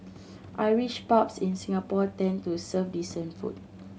Irish pubs in Singapore tend to serve decent food